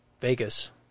Vegas